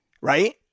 right